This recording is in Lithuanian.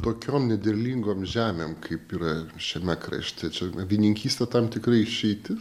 tokiom nederlingom žemėm kaip yra šiame krašte čia avininkystė tam tikra išeitis